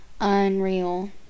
unreal